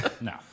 No